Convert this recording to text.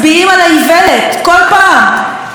אתם קוראים להם שמאלנים ושואלים מה שמים להם במים,